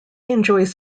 enjoys